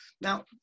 Now